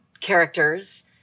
characters